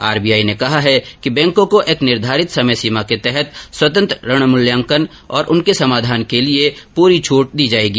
RBI ने कहा है कि बैंकों को एक निर्धारित समयसीमा के तहत स्वतंत्र ऋण मुल्यांकन करना तथा उसके समाधान के लिए पूरी छट दी जाएगी